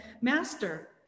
Master